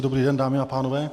Dobrý den, dámy a pánové.